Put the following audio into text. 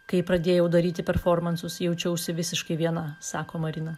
kai pradėjau daryti performansus jaučiausi visiškai viena sako marina